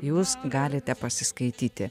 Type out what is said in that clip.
jūs galite pasiskaityti